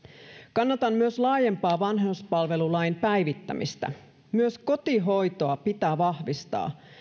kannatan myös laajempaa vanhuspalvelulain päivittämistä myös kotihoitoa pitää vahvistaa